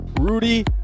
Rudy